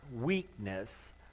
weakness